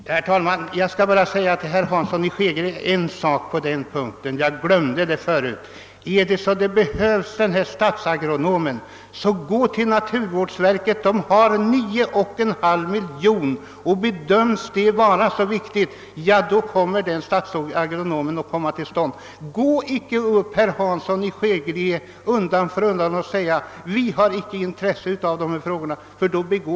Herr talman! Jag skall bara säga herr Hansson i Skegrie ytterligare en sak på denna punkt, eftersom jag glömde att göra det tidigare. Behövs statsagronomtjänsten kan man vända sig till naturvårdsverket som har 9,5 miljoner kronor till sitt förfogande. Bedöms saken vara så viktig kommer nog tjänsten att inrättas. Säg inte ideligen, herr Hansson i Skegrie, att vi inte har intresse för dessa frågor, ty det är fel.